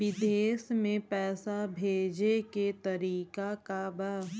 विदेश में पैसा भेजे के तरीका का बा?